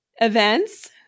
events